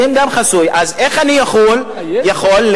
אז איך אני יכול להפריד,